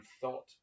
thought